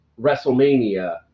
WrestleMania